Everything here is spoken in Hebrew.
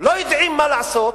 לא יודעים מה לעשות,